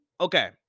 Okay